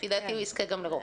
לפי דעתי הוא יזכה גם לרוב.